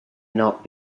not